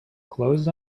closed